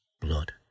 blood